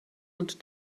und